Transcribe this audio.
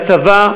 שהצבא,